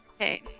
Okay